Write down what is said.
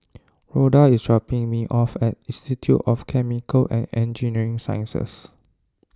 Rhoda is dropping me off at Institute of Chemical and Engineering Sciences